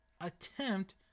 Attempt